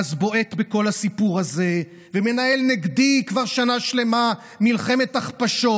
בועט בכל הסיפור הזה ומנהל נגדי כבר שנה שלמה מלחמת הכפשות,